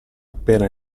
appena